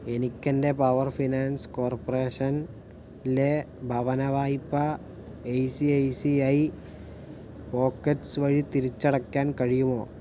എനിക്ക് എൻ്റെ power finance കോർപ്പറേഷനിലെ ഭവനവായ്പ I C I C I pockets വഴി തിരിച്ചടയ്ക്കാൻ കഴിയുമോ